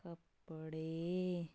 ਕੱਪੜੇ